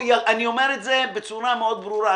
אני אומר בצורה מאוד ברורה,